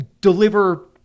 deliver